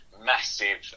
massive